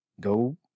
go